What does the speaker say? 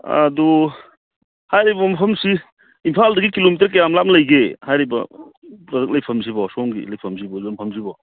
ꯑꯗꯨ ꯍꯥꯏꯔꯤꯕ ꯃꯐꯝꯁꯤ ꯏꯝꯐꯥꯜꯗꯒꯤ ꯀꯤꯂꯣꯃꯤꯇꯔ ꯀꯌꯥꯝ ꯂꯥꯞꯅ ꯂꯩꯒꯦ ꯍꯥꯏꯔꯤꯕ ꯂꯩꯐꯝꯁꯤꯕꯣ ꯁꯣꯝꯒꯤ ꯂꯩꯐꯝꯁꯤꯕꯣ ꯌꯣꯟꯐꯝꯁꯤꯕꯣ